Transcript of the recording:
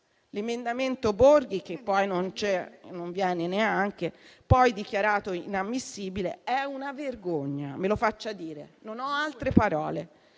L'emendamento Borghi - che poi non viene neanche - poi dichiarato inammissibile è una vergogna, me lo faccia dire: non ho altre parole.